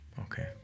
Okay